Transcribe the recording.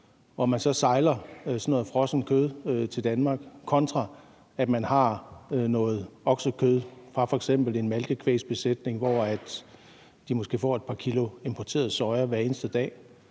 år, og så sejler det kød til Danmark, kontra at man har noget oksekød fra f.eks. en malkekvægsbesætning, hvor de måske får et par kilo importeret soja hver eneste dag,